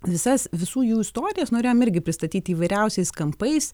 visas visų jų istorijas norėjom irgi pristatyti įvairiausiais kampais